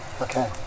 okay